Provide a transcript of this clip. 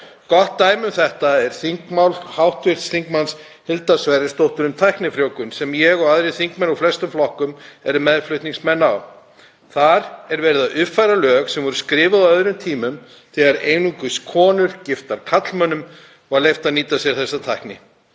Gott dæmi um þetta er þingmál hv. þm. Hildar Sverrisdóttur um tæknifrjóvgun, sem ég og þingmenn úr flestum flokkum erum meðflutningsmenn á. Þar er verið að uppfæra lög sem voru skrifuð á öðrum tímum þegar einungis konum giftum karlmönnum var leyft að nýta sér þessa tækni.